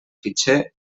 fitxer